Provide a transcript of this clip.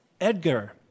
Edgar